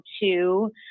two